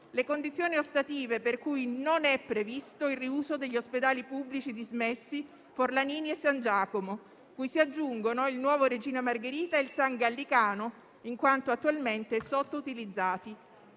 le condizioni ostative per cui non è previsto il riuso degli ospedali pubblici dismessi Forlanini e San Giacomo, cui si aggiungono il Nuovo Regina Margherita e il San Gallicano, in quanto attualmente sottoutilizzati.